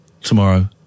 tomorrow